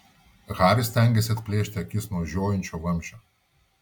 haris stengėsi atplėšti akis nuo žiojinčio vamzdžio